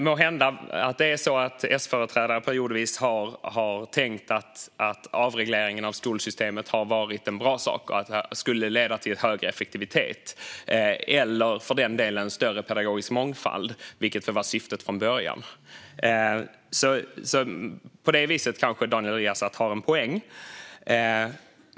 Måhända har S-företrädare periodvis tänkt att avregleringen av skolsystemet har varit något bra och att den skulle leda till större effektivitet eller, för den delen, större pedagogisk mångfald, vilket var syftet från början. På det sättet kanske Daniel Riazat har en poäng.